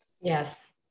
Yes